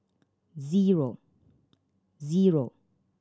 zero zero